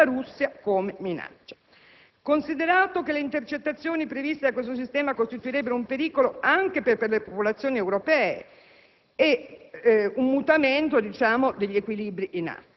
Russia come minaccia); considerato che le intercettazioni previste da questo sistema costituirebbero un pericolo anche per le popolazioni europee e un mutamento degli equilibri in atto;